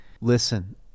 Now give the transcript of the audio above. Listen